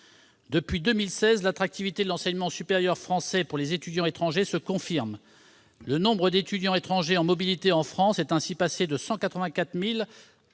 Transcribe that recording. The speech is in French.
Depuis 2016, l'attractivité de l'enseignement supérieur français pour les étudiants étrangers se confirme. Le nombre d'étudiants étrangers en mobilité en France est ainsi passé de 184 000